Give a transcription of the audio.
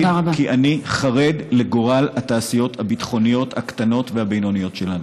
כי אני חרד לגורל התעשיות הביטחוניות הקטנות והבינוניות שלנו.